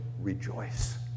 rejoice